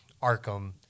Arkham